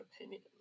opinion